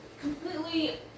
completely